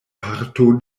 parto